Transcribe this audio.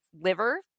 liver